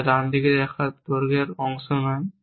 যা ডান ধরে রাখা দৈর্ঘ্যের অংশ নয়